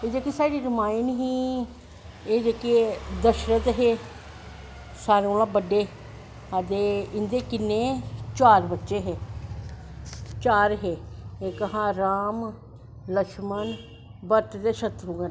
जेह्की साढ़ी रामायण ही जेह्के साढ़े दशरत हे सारें कोला दा बड्डे ते इंदे किन्नें चार बच्चे हे चार हे इक हा राम लक्षमन भरत ते शत्तरूघ्न कन्नै